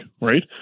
right